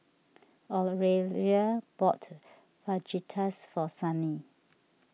Aurelia bought Fajitas for Sunny